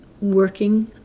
working